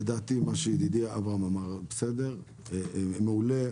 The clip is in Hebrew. לדעתי, מה שאמר ידיד אברהם בסדר, מעולה.